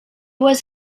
was